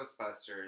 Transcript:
Ghostbusters